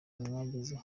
mwagize